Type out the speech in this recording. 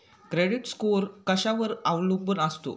Credit score कशावर अवलंबून असतो?